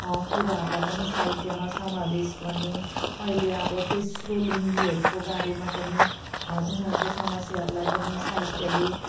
कुराहरूलाई पनि साहित्यमा समावेश गर्ने अहिले अब तेस्रो लिङ्गीहरूको बारेमा पनि उनीहरूको समस्याहरूलाई पनि साहित्यले